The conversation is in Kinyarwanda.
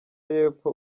y’epfo